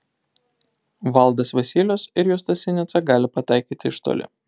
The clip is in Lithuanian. valdas vasylius ir justas sinica gali pataikyti iš toli